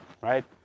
right